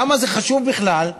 למה זה חשוב בכלל,